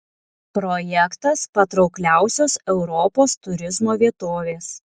projektas patraukliausios europos turizmo vietovės